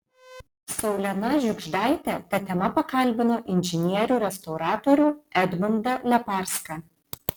saulena žiugždaitė ta tema pakalbino inžinierių restauratorių edmundą leparską